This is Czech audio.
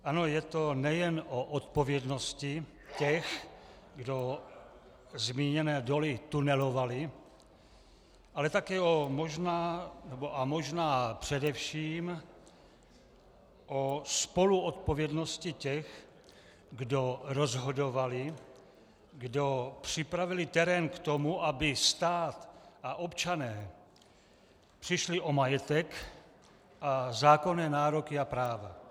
Ano, je to nejen o odpovědnosti těch, kdo zmíněné doly tunelovali, ale také možná, nebo možná především o spoluodpovědnosti těch, kdo rozhodovali, kdo připravili terén k tomu, aby stát a občané přišli o majetek a zákonné nároky a práva.